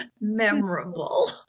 memorable